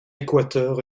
équateur